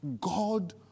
God